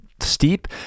steep